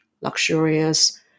luxurious